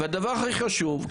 הדבר הכי חשוב,